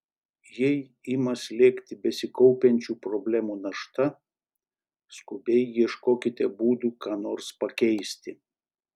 jei ima slėgti besikaupiančių problemų našta skubiai ieškokite būdų ką nors pakeisti